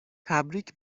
تبریک